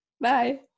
Bye